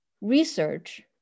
research